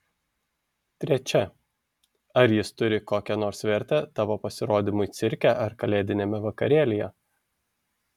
trečia ar jis turi kokią nors vertę tavo pasirodymui cirke ar kalėdiniame vakarėlyje